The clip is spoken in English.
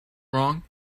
wrong